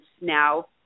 now